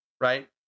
Right